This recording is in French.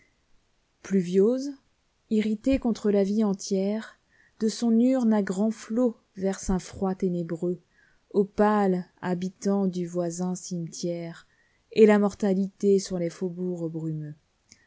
pluviôse irrité contre la vie entière de son urne à grands flots verse un froid ténébreux aux pâles habitants du voisin cimetière et la mortalité sur les faubourgs brumeux